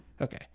Okay